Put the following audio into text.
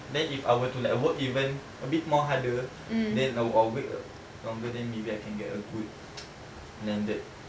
then if I were to like work even a bit more harder or wait longer then maybe I can get a good landed